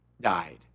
died